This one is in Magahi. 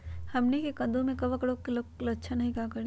हमनी के कददु में कवक रोग के लक्षण हई का करी?